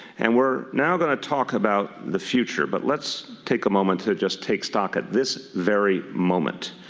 and we're now going to talk about the future. but let's take a moment to just take stock at this very moment.